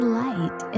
light